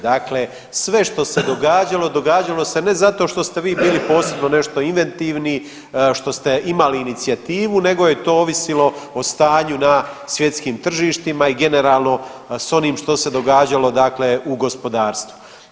Dakle, sve što se događalo događalo se ne zato što ste vi bili posebno nešto inventivni, što ste imali inicijativu nego je to ovisilo o stanju na svjetskim tržištima i generalno s onim što se događalo dakle u gospodarstvu.